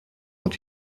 und